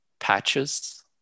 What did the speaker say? Patches